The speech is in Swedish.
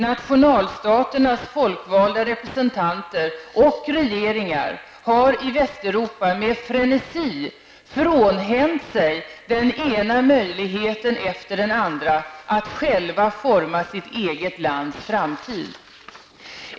Nationalstaternas folkvalda representanter och regeringar har i Västeuropa med frenesi frånhänt sig den ena möjligheten efter den andra att själva forma sitt eget lands framtid.